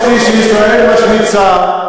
ורק במדינת ישראל, אותו "אמנסטי" שישראל משמיצה,